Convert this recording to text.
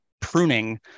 pruning